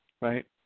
Right